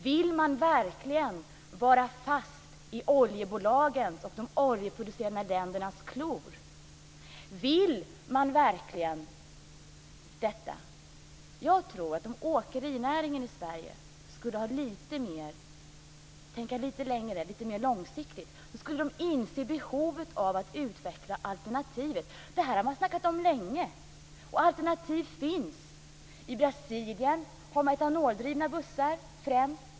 Vill man verkligen vara fast i oljebolagens och de oljeproducerande ländernas klor? Vill man verkligen detta? Jag tror att om åkerinäringen i Sverige skulle tänka lite mer långsiktigt skulle man inse behovet av att utveckla alternativ. Det har man snackat om länge. Alternativ finns. I Brasilien har man främst etanoldrivna bussar.